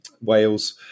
Wales